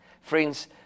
Friends